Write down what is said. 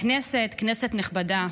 כנסת נכבדה,